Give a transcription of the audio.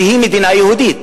שהיא מדינה יהודית.